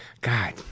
God